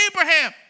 Abraham